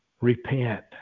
repent